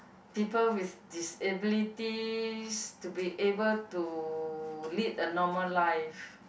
people with disabilities to be able to lead a normal life